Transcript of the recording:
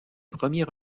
premiers